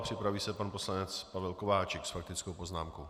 Připraví se pan poslanec Pavel Kováčik s faktickou poznámkou.